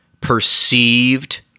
perceived